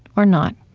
or not?